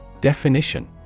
Definition